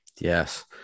Yes